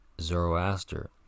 zoroaster